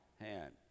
hand